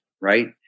right